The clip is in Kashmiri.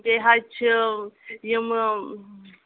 بیٚیہِ حظ چھِ یِمہٕ